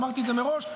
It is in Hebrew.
אמרתי את זה מראש.